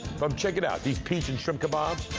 um check it out. this peach and shrimp kabob,